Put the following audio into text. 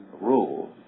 rule